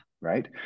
Right